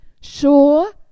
Sure